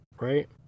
right